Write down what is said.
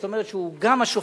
זאת אומרת שהוא גם השופט,